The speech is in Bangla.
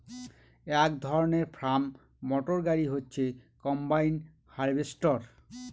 এক ধরনের ফার্ম মটর গাড়ি হচ্ছে কম্বাইন হার্ভেস্টর